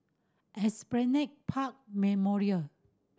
Esplanade Park Memorial